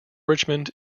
richmond